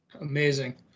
Amazing